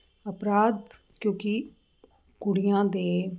ਅਪਰਾਧ ਕਿਉਂਕਿ ਕੁੜੀਆਂ ਦੇ